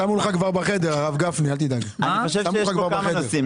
אני חושב שיש פה כמה נושאים.